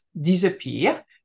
disappear